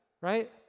right